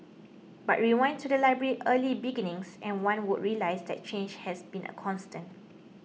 but rewind to the library's early beginnings and one would realise that change has been a constant